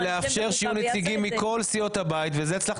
זאת גם לא פעם ראשונה.